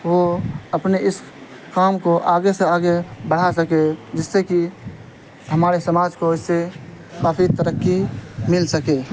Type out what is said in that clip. وہ اپنے اس کام کو آگے سے آگے بڑھا سکے جس سے کہ ہمارے سماج کو اس سے کافی ترقی مل سکے